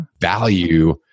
value